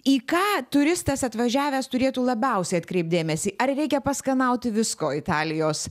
į ką turistas atvažiavęs turėtų labiausiai atkreipt dėmesį ar reikia paskanauti visko italijos